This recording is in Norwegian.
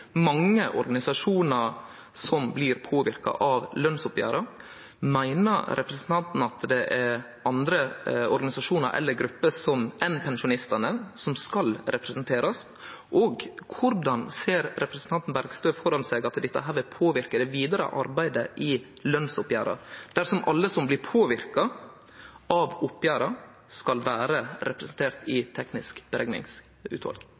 mange organisasjonar som blir påverka av lønsoppgjera. Meiner representanten at det er andre organisasjonar eller grupper enn pensjonistane som skal vere representerte? Korleis ser representanten Bergstø for seg at dette vil påverke det vidare arbeidet i lønsoppgjera, dersom alle som blir påverka av oppgjera, skal vere representerte i